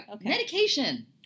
Medication